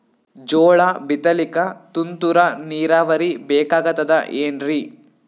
ಜೋಳ ಬಿತಲಿಕ ತುಂತುರ ನೀರಾವರಿ ಬೇಕಾಗತದ ಏನ್ರೀ?